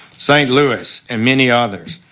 st. louis, and many others.